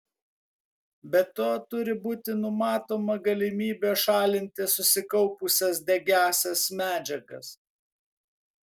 be to turi būti numatoma galimybė šalinti susikaupusias degiąsias medžiagas